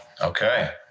okay